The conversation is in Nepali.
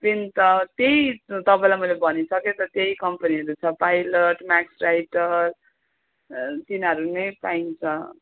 पेन त त्यही तपाईँलाई मैले भनिसकेँ त त्यही कम्पनीहरू छ पाइलट म्याक्स राइटर तिनाहरू नै चाहिन्छ